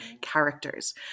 characters